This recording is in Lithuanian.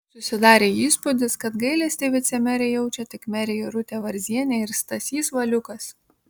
susidarė įspūdis kad gailestį vicemerei jaučia tik merė irutė varzienė ir stasys valiukas